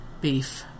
beef